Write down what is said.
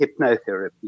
hypnotherapy